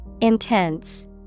Intense